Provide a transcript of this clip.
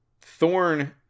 Thorn